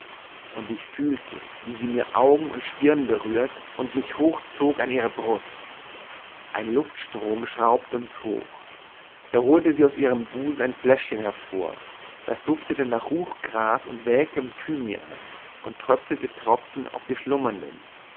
und ich fühlte wie sie mir augen und stirn berührte und mich hochzog an ihre brust ein luftstrom schraubte uns hoch da holte sie aus ihrem busen ein fläschchen hervor das duftete nach ruchgras und welkem thymian und träufelte tropfen auf die schlummernden